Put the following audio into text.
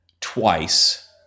twice